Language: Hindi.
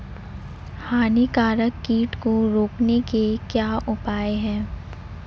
हानिकारक कीट को रोकने के क्या उपाय हैं?